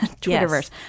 Twitter-verse